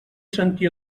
sentir